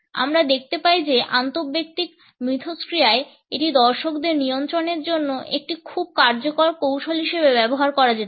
আমরা দেখতে পাই যে আন্তঃব্যক্তিক মিথস্ক্রিয়ায় এটি দর্শকদের নিয়ন্ত্রণের জন্য একটি খুব কার্যকর কৌশল হিসাবে ব্যবহার করা যেতে পারে